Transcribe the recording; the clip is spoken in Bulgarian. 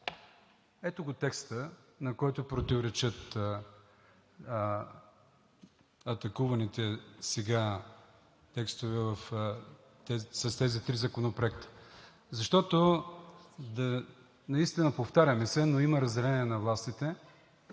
Ето го текста, на който противоречат атакуваните сега текстове с тези три законопроекта, защото, повтаряме се, но има разделение на властите